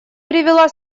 привела